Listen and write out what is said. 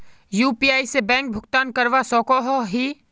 UPI से bank भुगतान करवा सकोहो ही?